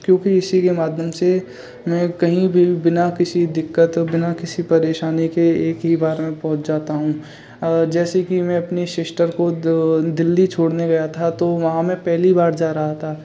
क्योंकि इसी के माध्यम से मैं कहीं भी बिना किसी दिक़्क़त बिना किसी परेशानी के एक ही बार में पहुंच जाता हूँ और जैसेकि मैं अपनी शिश्टर को दो दिल्ली छोड़ने गया था तो वहाँ मैं पहली बार जा रहा था